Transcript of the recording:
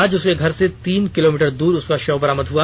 आज उसके घर से तीन किलोमीटर दूर उसकी शव बरामद हुआ